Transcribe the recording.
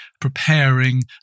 preparing